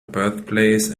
birthplace